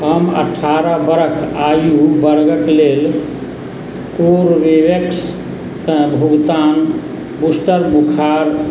हम अठ्ठारह बरख आयु वर्गक लेल कोरबेवेक्स भुगतान बूस्टर बोखार